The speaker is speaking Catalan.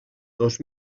dos